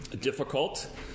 difficult